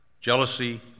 jealousy